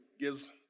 gives